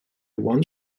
one